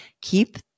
keep